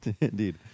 Indeed